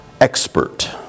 Expert